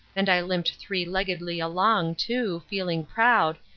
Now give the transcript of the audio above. and i limped three-leggedly along, too, feeling proud,